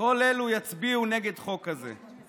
כל אלה יצביעו נגד חוק כזה.